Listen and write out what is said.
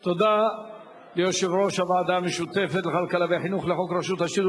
תודה ליושב-ראש הוועדה המשותפת לכלכלה וחינוך לחוק רשות השידור,